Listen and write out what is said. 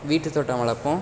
வீட்டுத்தோட்டம் வளர்ப்போம்